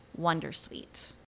wondersuite